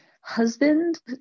husband